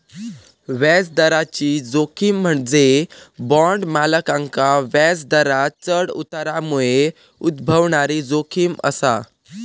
व्याजदराची जोखीम म्हणजे बॉण्ड मालकांका व्याजदरांत चढ उतारामुळे उद्भवणारी जोखीम असा